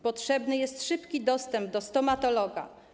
Potrzebny jest szybki dostęp do stomatologa.